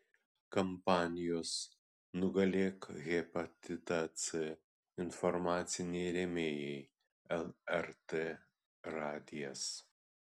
kampanijos nugalėk hepatitą c informaciniai rėmėjai lrt radijas